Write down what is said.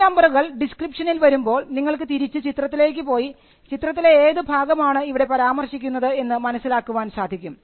ഈ നമ്പറുകൾ ഡിസ്ക്രിപ്ഷനിൽ വരുമ്പോൾ നിങ്ങൾക്ക് തിരിച്ച് ചിത്രത്തിലേക്ക് പോയി ചിത്രത്തിലെ ഏത് ഭാഗമാണ് ഇവിടെ പരാമർശിക്കുന്നത് എന്ന് മനസ്സിലാക്കാൻ സാധിക്കും